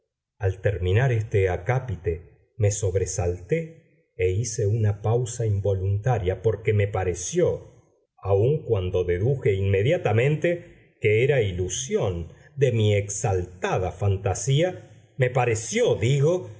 al terminar este acápite me sobresalté e hice una pausa involuntaria porque me pareció aun cuando deduje inmediatamente que era ilusión de mi exaltada fantasía me pareció digo